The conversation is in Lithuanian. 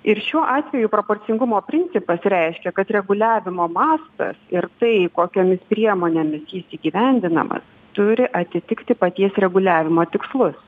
ir šiuo atveju proporcingumo principas reiškia kad reguliavimo mastas ir tai kokiomis priemonėmis jis įgyvendinamas turi atitikti paties reguliavimo tikslus